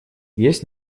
есть